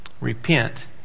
Repent